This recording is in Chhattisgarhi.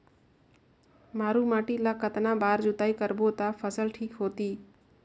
मारू माटी ला कतना बार जुताई करबो ता फसल ठीक होती?